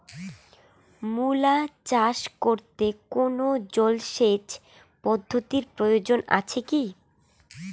মূলা চাষ করতে কোনো জলসেচ পদ্ধতির প্রয়োজন আছে কী?